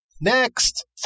Next